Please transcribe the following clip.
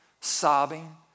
sobbing